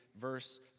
verse